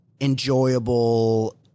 enjoyable